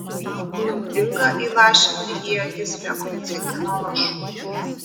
naudinga įlašinti į akis levomicetino lašų